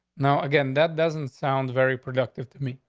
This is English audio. now, again, that doesn't sound very productive to me.